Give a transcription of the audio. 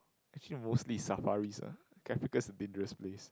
actually mostly is safaris ah Africa is a dangerous place